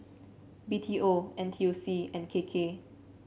B T O N T U C and K K